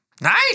Nice